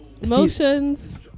Emotions